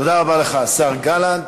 תודה רבה לך, השר גלנט.